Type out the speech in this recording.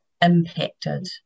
impacted